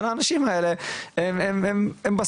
אבל האנשים האלה הם בסוף,